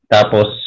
Tapos